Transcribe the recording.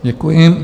Děkuji.